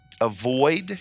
avoid